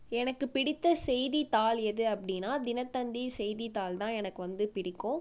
எனக்கு பிடித்த செய்தித்தாள் எது அப்படினா தினத்தந்தி செய்தித்தாள்தான் எனக்கு வந்து பிடிக்கும்